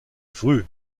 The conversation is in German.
früh